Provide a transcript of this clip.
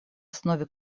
основе